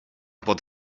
pod